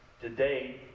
today